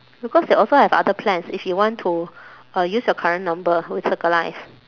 because they also have other plans if you want to uh use your current number with circle life